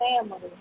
family